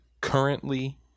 currently